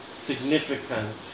significant